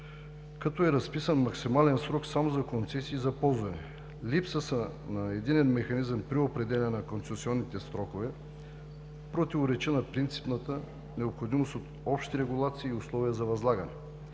като е разписан максимален срок само за концесии за ползване. Липсата на единен механизъм при определяне на концесионните срокове противоречи на принципната необходимост от обща регулация и условия за възлагане.